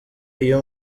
iyo